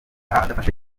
adafashe